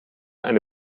eine